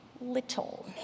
little